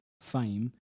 fame